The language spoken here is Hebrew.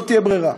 לא תהיה ברירה.